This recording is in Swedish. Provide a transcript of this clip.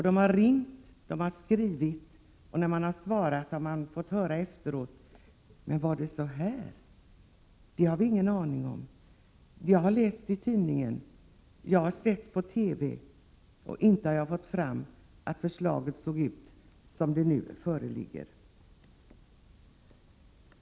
De har ringt och de har skrivit, och när vi har svarat på deras frågor har vi fått följande reaktion: Var det så här? Det hade vi ingen aning om. Jag har läst i tidningen och sett på TV, men inte har jag förstått att förslaget hade denna betydelse.